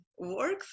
works